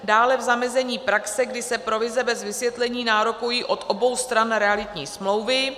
Dále zamezení praxe, kdy se provize bez vysvětlení nárokují od obou stran realitní smlouvy.